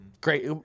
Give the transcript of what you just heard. great